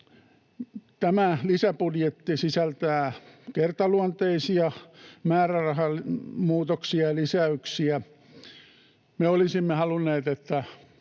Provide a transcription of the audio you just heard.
Tämä lisäbudjetti sisältää kertaluonteisia määrärahamuutoksia ja ‑lisäyksiä. Me olisimme halunneet, että